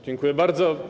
Dziękuję bardzo.